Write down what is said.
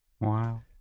Wow